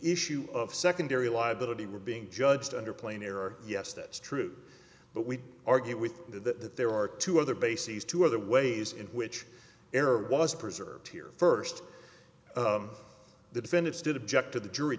issue of secondary liability were being judged under plain error yes that's true but we argue with that there are two other bases two other ways in which error was preserved here first the defendants did object to the jury